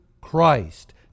Christ